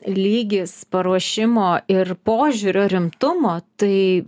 lygis paruošimo ir požiūrio rimtumo tai